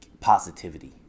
positivity